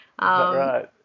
right